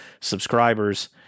subscribers